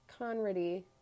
Conrady